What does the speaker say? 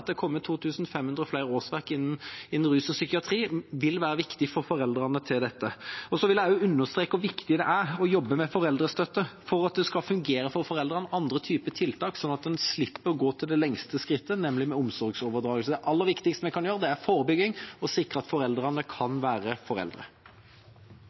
det er kommet 2 500 flere årsverk innen rus og psykiatri, vil være viktig for foreldrene. Jeg vil også understreke hvor viktig det er å jobbe med foreldrestøtte for at det skal fungere for foreldrene – andre typer tiltak – slik at en slipper å ta det lengste skrittet, nemlig omsorgsovertakelse. Det aller viktigste vi kan gjøre, er å forebygge, å sikre at foreldrene kan